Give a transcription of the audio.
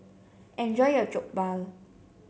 enjoy your Jokbal